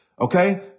okay